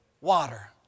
water